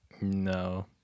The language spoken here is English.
No